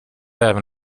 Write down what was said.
även